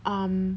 um